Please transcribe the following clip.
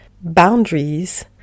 boundaries